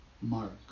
mark